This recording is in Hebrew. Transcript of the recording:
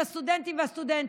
עם הסטודנטים והסטודנטיות,